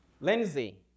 Lindsay